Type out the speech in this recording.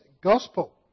gospel